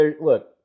look